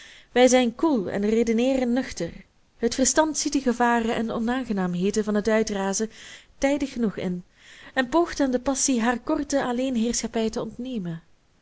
wij zijn koel en redeneeren nuchter het verstand ziet de gevaren en onaangenaamheden van het uitrazen tijdig genoeg in en poogt aan de passie haar korte alleenheerschappij te ontnemen